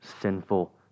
sinful